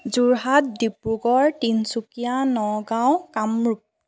Jorhat Dibrugarh Tinsukia Nagaon Kamrup